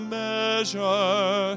measure